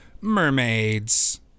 mermaids